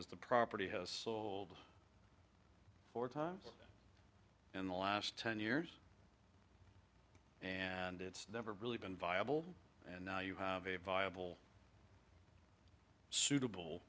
is the property has four times in the last ten years and it's never really been viable and now you have a viable suitable